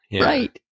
right